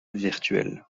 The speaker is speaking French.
virtuel